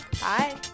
Bye